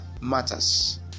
matters